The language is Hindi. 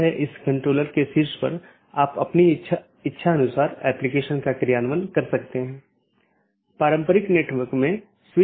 गैर संक्रमणीय में एक और वैकल्पिक है यह मान्यता प्राप्त नहीं है इस लिए इसे अनदेखा किया जा सकता है और दूसरी तरफ प्रेषित नहीं भी किया जा सकता है